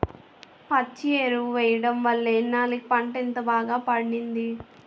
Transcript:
పచ్చి ఎరువు ఎయ్యడం వల్లే ఇన్నాల్లకి పంట ఇంత బాగా పండింది